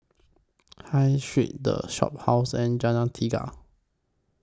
High Street The Shophouse and Jalan Tiga